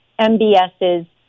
MBS's